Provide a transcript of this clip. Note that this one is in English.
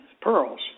pearls